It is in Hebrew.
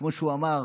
כמו שהוא אמר,